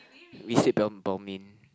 we said Bal~ Balmain